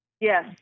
Yes